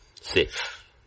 Safe